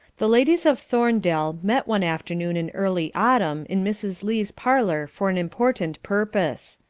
the ladies of thorndale met one afternoon in early autumn in mrs. lee's parlour for an important purpose.